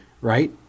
right